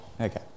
Okay